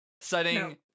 setting